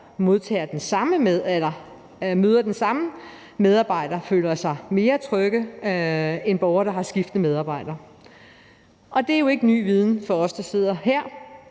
der møder den samme medarbejder, føler sig mere trygge end borgere, der har skiftende medarbejdere. Og det er jo ikke ny viden for os, der sidder her,